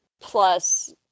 plus